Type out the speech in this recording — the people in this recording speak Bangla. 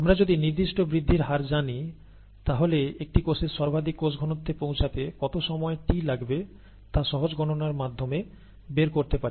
আমরা যদি নির্দিষ্ট বৃদ্ধির হার জানি তাহলে একটি কোষের সর্বাধিক কোষঘনত্বে পৌঁছাতে কত সময় t লাগবে তা সহজ গণনার মাধ্যমে বের করতে পারি